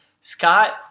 Scott